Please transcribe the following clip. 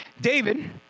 David